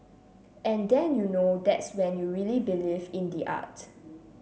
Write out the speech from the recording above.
and then you know that's when you really believe in the art